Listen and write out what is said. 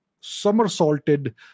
somersaulted